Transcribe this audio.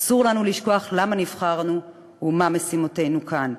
אסור לנו לשכוח למה נבחרנו ומה משימותינו כאן.